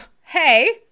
hey